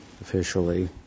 officially